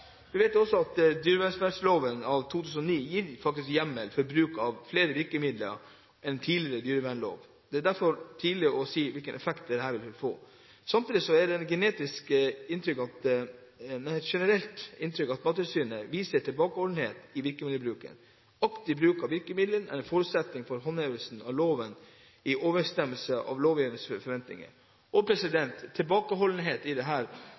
Vi vet også at dyrevelferdsloven av 2009 faktisk gir hjemmel for bruk av flere virkemidler enn tidligere dyrevernlov gjorde. Det er for tidlig å si hvilken effekt dette vil få. Samtidig er det et generelt inntrykk at Mattilsynet viser tilbakeholdenhet i virkemiddelbruken. Aktiv bruk av virkemidler er en forutsetning for håndhevelse av loven i overensstemmelse med lovgivers forventninger. Tilbakeholdenhet har vi sett gjennom flere episoder. Vi ser det bl.a. oppe i Finnmark. Vi ser det